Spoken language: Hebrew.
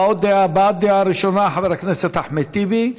הבעת דעה ראשונה, חבר הכנסת אחמד טיבי.